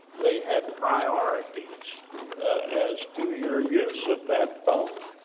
they had priorities as to your use of that phone.